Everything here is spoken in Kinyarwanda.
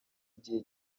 igihe